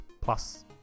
plus